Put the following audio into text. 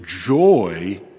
joy